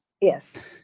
yes